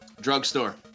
Drugstore